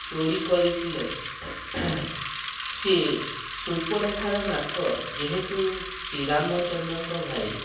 ଚୋରି କରିଥିଲେ ସିଏ ସୁପର୍ଣ୍ଣରେଖାର ନାକ ଯେହେତୁ ଶ୍ରୀରାମଚନ୍ଦ୍ରଙ୍କ ଭାଇ